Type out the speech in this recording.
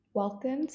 Welcome